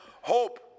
hope